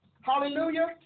hallelujah